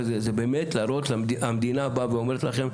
זה באמת המדינה באה ואומרת לכם,